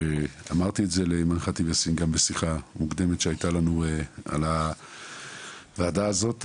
אמרתי את זה גם בשיחה מוקדמת שהייתה לי על הוועדה הזאת.